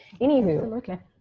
Anywho